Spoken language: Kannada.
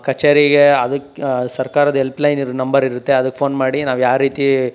ಕಛೇರಿಗೆ ಅದಕ್ಕೆ ಸರ್ಕಾರದ ಎಲ್ಪ್ಲೈನ್ ಇರ್ ನಂಬರಿರುತ್ತೆ ಅದಕ್ಕೆ ಫೋನ್ ಮಾಡಿ ನಾವು ಯಾವ ರೀತಿ